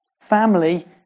family